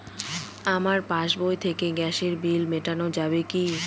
আমার পাসবই থেকে গ্যাসের বিল মেটানো যাবে কি?